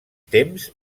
temps